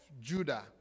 Judah